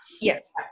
Yes